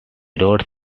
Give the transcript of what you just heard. wrote